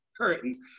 curtains